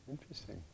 Interesting